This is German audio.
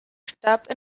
starb